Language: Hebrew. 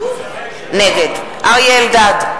נגד אריה אלדד,